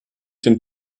den